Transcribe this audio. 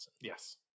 Yes